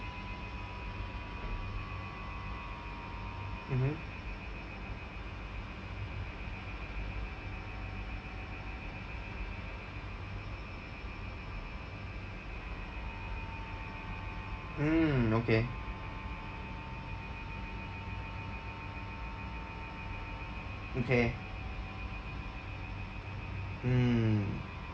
mmhmm mm okay okay mm